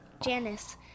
Janice